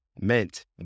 meant